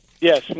Yes